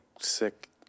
sick